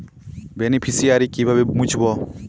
Beneficiary কিভাবে মুছব?